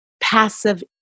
passive